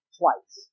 twice